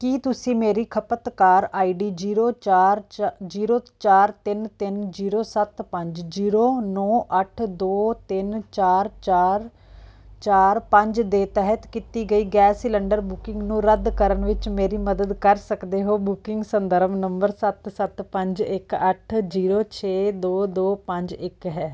ਕੀ ਤੁਸੀਂ ਮੇਰੀ ਖਪਤਕਾਰ ਆਈਡੀ ਜ਼ੀਰੋ ਚਾਰ ਚ ਜ਼ੀਰੋ ਚਾਰ ਤਿੰਨ ਤਿੰਨ ਜ਼ੀਰੋ ਸੱਤ ਪੰਜ ਜ਼ੀਰੋ ਨੌਂ ਅੱਠ ਦੋ ਤਿੰਨ ਚਾਰ ਚਾਰ ਚਾਰ ਪੰਜ ਦੇ ਤਹਿਤ ਕੀਤੀ ਗਈ ਗੈਸ ਸਿਲੰਡਰ ਬੁਕਿੰਗ ਨੂੰ ਰੱਦ ਕਰਨ ਵਿੱਚ ਮੇਰੀ ਮਦਦ ਕਰ ਸਕਦੇ ਹੋ ਬੁਕਿੰਗ ਸੰਦਰਭ ਨੰਬਰ ਸੱਤ ਸੱਤ ਪੰਜ ਇੱਕ ਅੱਠ ਜ਼ੀਰੋ ਛੇ ਦੋ ਦੋ ਪੰਜ ਇੱਕ ਹੈ